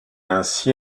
ainsi